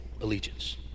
allegiance